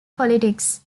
politics